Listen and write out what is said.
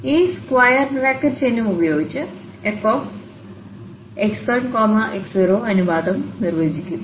ഈ square bracket ചിഹ്നം ഉപയോഗിച്ച് fx1x0അനുപാതം നിർവചിക്കുന്നു